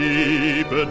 Deep